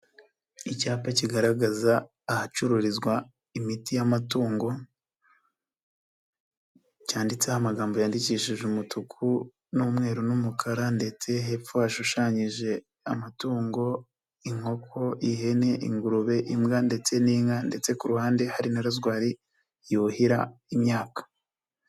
Icyapa kigaragaza ahacururizwa imiti y'amatungo, cyanditseho amagambo yandikishije umutuku n'umweru n'umukara ndetse hepfo hashushanyije amatungo; inkoko, ihene, ingurube, imbwa ndetse n'inka ndetse ku ruhande hari na rozwari yuhira imyaka.